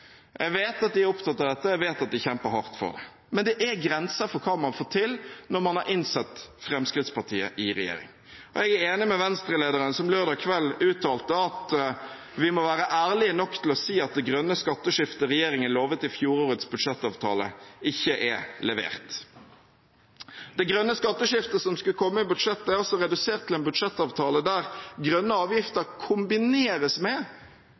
Jeg vet at de er opptatt av dette, og jeg vet at de kjemper hardt for det, men det er grenser for hva man får til når man har innsatt Fremskrittspartiet i regjering. Jeg er enig med Venstre-lederen, som lørdag kveld uttalte at vi må være ærlige nok til å si at det grønne skatteskiftet regjeringen lovet i fjorårets budsjettavtale, ikke er levert. Det grønne skatteskiftet som skulle komme i budsjettet, er altså redusert til en budsjettavtale der grønne avgifter kombineres med